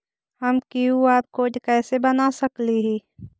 हम QR code कैसे बना सकली ही?